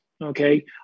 okay